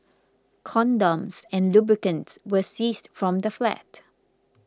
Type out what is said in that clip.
condoms and lubricants were seized from the flat